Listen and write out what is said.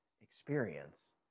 experience